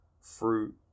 fruit